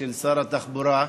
של שר התחבורה,